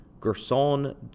Gerson